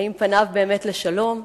אם פניו באמת לשלום.